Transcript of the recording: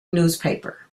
newspaper